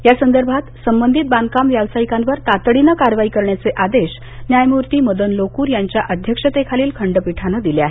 या संदर्भात संबंधित बांधकाम व्यावसायिकांवर तातडीनं कारवाई करण्याचे आदेश न्यायमूर्ती मदन लोकूर यांच्या अध्यक्षतेखालील खंडपीठानं दिले आहेत